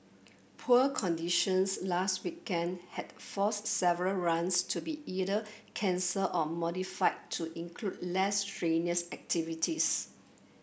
poor conditions last weekend had forced several runs to be either cancelled or modified to include less strenuous activities